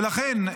ולכן,